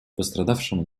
пострадавшему